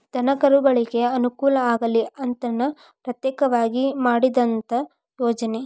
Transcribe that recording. ದನಕರುಗಳಿಗೆ ಅನುಕೂಲ ಆಗಲಿ ಅಂತನ ಪ್ರತ್ಯೇಕವಾಗಿ ಮಾಡಿದಂತ ಯೋಜನೆ